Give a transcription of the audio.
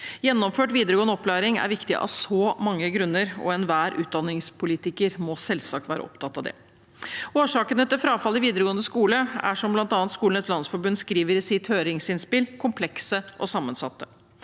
Gjennomført videregående opplæring er viktig av så mange grunner, og enhver utdanningspolitiker må selvsagt være opptatt av det. Årsakene til frafall i videregående skole er, som bl.a. Skolenes landsforbund skriver i sitt høringsinnspill, komplekse og sammensatte.